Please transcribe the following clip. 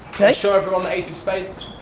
okay. show everyone the eight of spades.